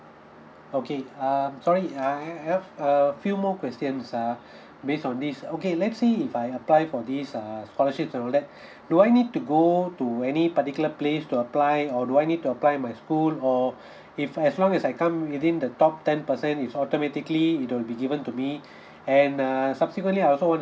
okay um sorry I ha~ have a few more questions uh based on this okay let's say if I apply for this uh scholarships and all that do I need to go to any particular place to apply or do I need to apply my school or if as long as I come within the top ten percent it's automatically it will be given to me and err subsequently I also want